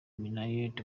minaert